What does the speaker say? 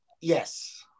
yes